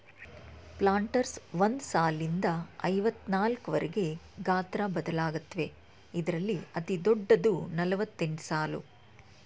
planters ಒಂದ್ ಸಾಲ್ನಿಂದ ಐವತ್ನಾಕ್ವರ್ಗೆ ಗಾತ್ರ ಬದಲಾಗತ್ವೆ ಇದ್ರಲ್ಲಿ ಅತಿದೊಡ್ಡದು ನಲವತ್ತೆಂಟ್ಸಾಲು